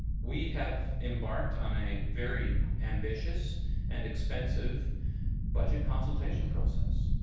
we have embarked on a very ambitious and expensive budget consultation process.